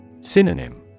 Synonym